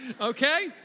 okay